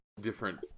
different